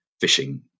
fishing